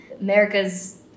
America's